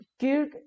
Kirk